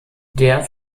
der